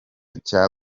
cya